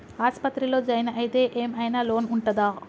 ఆస్పత్రి లో జాయిన్ అయితే ఏం ఐనా లోన్ ఉంటదా?